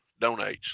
donates